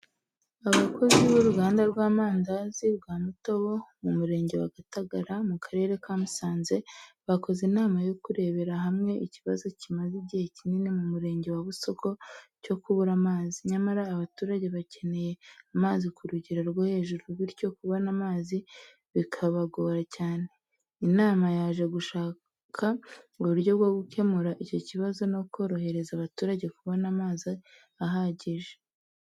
Abakozi b’uruganda rw’amazi rwa Mutobo mu Murenge wa Gataraga, mu Karere ka Musanze, bakoze inama yo kurebera hamwe ikibazo kimaze igihe kinini mu Murenge wa Busogo cyo kubura amazi. Nyamara, abaturage bakeneye amazi ku rugero rwo hejuru, bityo kubona amazi bikabagora cyane. Inama yaje gushaka uburyo bwo gukemura icyo kibazo no korohereza abaturage kubona amazi ahagije.